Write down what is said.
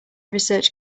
research